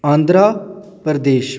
Andhra Pradesh